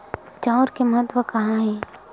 चांउर के महत्व कहां हे?